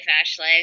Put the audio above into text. Ashley